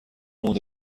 مونده